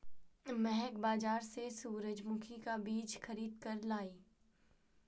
महक बाजार से सूरजमुखी का बीज खरीद कर लाई